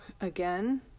again